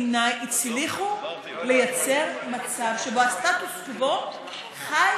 בעיניי הצליחו לייצר מצב שבו הסטטוס קוו חי